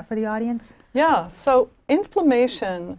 that for the audience you know so inflammation